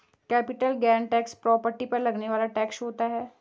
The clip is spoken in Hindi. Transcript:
कैपिटल गेन टैक्स प्रॉपर्टी पर लगने वाला टैक्स होता है